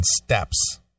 steps